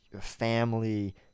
family